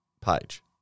page